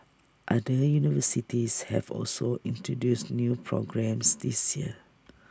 other universities have also introduced new programmes this year